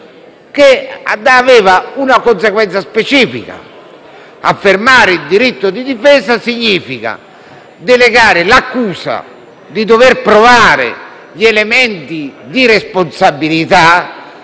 che aveva una conseguenza specifica: affermare il diritto di difesa significa delegare l'accusa a dover provare gli elementi di responsabilità